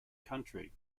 country